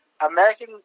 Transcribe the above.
American